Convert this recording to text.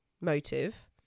motive